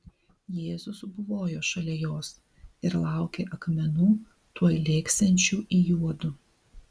jėzus buvojo šalia jos ir laukė akmenų tuoj lėksiančių į juodu